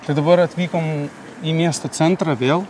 tai dabar atvykom į miesto centrą vėl